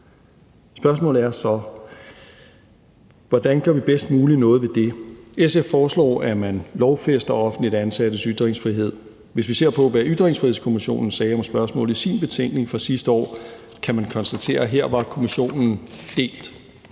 Hvordan gør vi bedst muligt noget ved det? SF foreslår, at man lovfæster offentligt ansattes ytringsfrihed. Hvis vi ser på, hvad Ytringsfrihedskommissionen sagde om spørgsmålet i sin betænkning fra sidste år, kan man konstatere, at her var kommissionen delt.